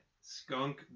skunk